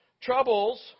Troubles